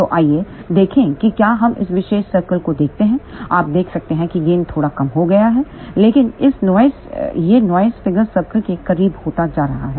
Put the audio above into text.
तो आइए देखें कि क्या हम इस विशेष सर्कल को देखते हैं आप देख सकते हैं कि गेन थोड़ा कम हो गया है लेकिन यह नॉइस फिगर सर्कल के करीब होता जा रहा है